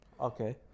Okay